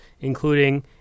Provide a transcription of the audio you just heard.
including